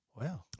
Wow